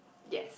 yes